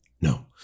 no